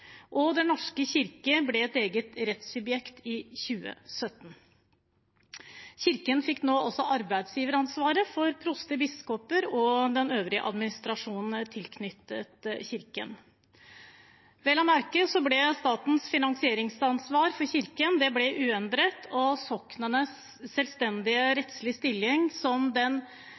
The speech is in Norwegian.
og Den norske kirke ble et eget rettssubjekt i 2017. Kirken fikk nå også arbeidsgiveransvaret for proster, biskoper og den øvrige administrasjonen tilknyttet Kirken. Vel å merke ble statens finansieringsansvar for Kirken uendret, og soknenes selvstendige rettslige stilling som den